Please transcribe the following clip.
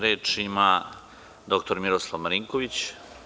Reč ima dr Miroslav Marinković.